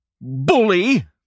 bully